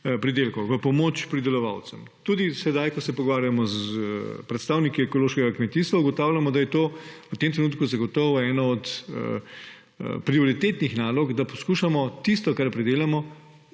v pomoč pridelovalcem. Tudi sedaj, ko se pogovarjamo s predstavniki ekološkega kmetijstva, ugotavljamo, da je to v tem trenutku zagotovo ena od prioritetnih nalog, da poskušamo tisto, kar pridelamo,